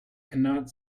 cannot